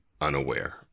unaware